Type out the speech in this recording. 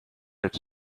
its